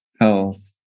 health